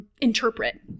Interpret